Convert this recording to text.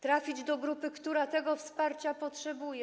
Trafić do grupy, która tego wsparcia potrzebuje.